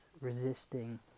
resisting